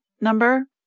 number